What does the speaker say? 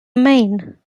maine